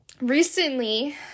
Recently